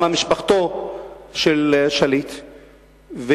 גם משפחתו של שליט,